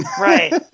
right